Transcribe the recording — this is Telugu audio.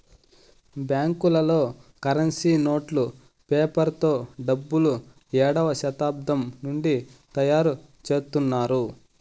బ్యాంకులలో కరెన్సీ నోట్లు పేపర్ తో డబ్బులు ఏడవ శతాబ్దం నుండి తయారుచేత్తున్నారు